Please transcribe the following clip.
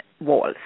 walls